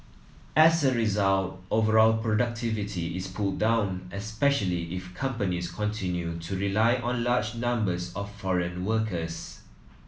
as a result overall productivity is pulled down especially if companies continue to rely on large numbers of foreign workers